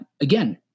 again